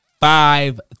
five